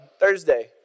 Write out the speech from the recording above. Thursday